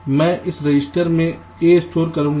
मैं इस रजिस्टर में a स्टोर करूंगा